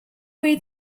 way